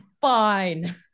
fine